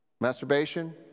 Masturbation